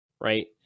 right